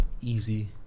Easy